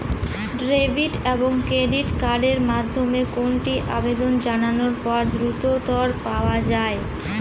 Debit এবং credit card এর মধ্যে কোনটি আবেদন জানানোর পর দ্রুততর পাওয়া য়ায়?